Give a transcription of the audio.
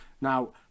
Now